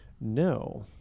No